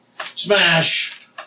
Smash